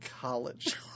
college